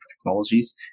technologies